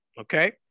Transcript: Okay